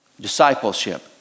Discipleship